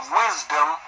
wisdom